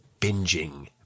binging